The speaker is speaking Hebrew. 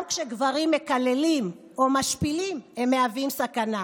גם כשגברים מקללים או משפילים הם מהווים סכנה,